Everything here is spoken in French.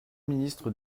ministre